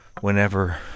whenever